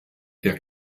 der